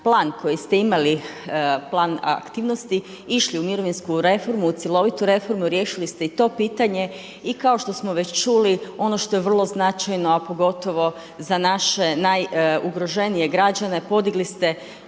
plan koji ste imali, plan aktivnosti išli u mirovinsku reformu, u cjelovitu reformu, riješili ste i to pitanje. I kao što smo već čuli ono što je vrlo značajno a pogotovo za naše najugroženije građane podigli ste